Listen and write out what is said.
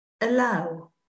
Allow